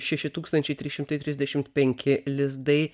šeši tūkstančiai trys šimtai trisdešimt penki lizdai